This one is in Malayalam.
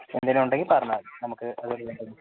എന്തേലും ഉണ്ടെങ്കിൽ പറഞ്ഞാൽ മതി നമുക്ക്